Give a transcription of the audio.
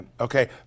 okay